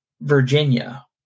Virginia